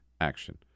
action